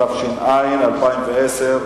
התש"ע 2010,